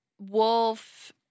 wolf